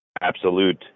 absolute